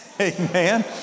amen